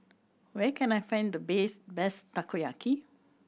where can I find the best best Takoyaki